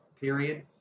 period